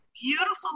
beautiful